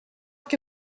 que